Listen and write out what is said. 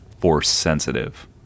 Force-sensitive